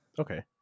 okay